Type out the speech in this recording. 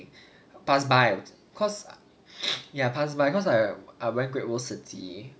but actually okay lah like science that day I went okay but I think that day I went was on sunday pass by cause ya pass by because I I went great world city